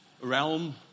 realm